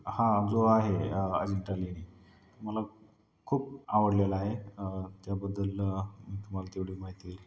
हा जो आहे अजिंठा लेणी मला खूप आवडलेला आहे त्याबद्दल मी तुम्हाला तेवढी माहिती दिली